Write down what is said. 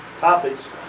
topics